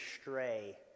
stray